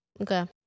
okay